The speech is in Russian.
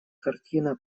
картина